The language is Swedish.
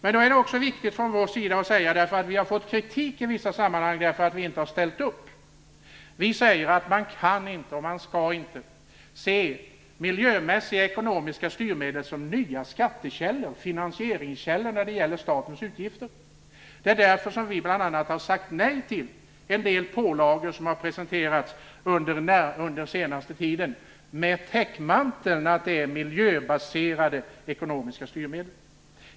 Vi har i vissa sammanhang fått kritik för att vi inte har ställt upp. Därför är det viktigt för oss att säga att man inte kan och inte skall se miljömässiga ekonomiska styrmedel som nya finansieringskällor när det gäller statens utgifter. Det är bl.a. därför som vi har sagt nej till en del pålagor som har presenterats under den senaste tiden under täckmanteln att det är miljöbaserade ekonomiska styrmedel.